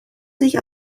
sich